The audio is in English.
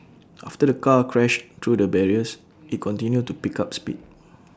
after the car crashed through the barriers IT continued to pick up speed